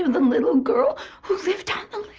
and the little girl who lived